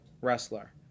wrestler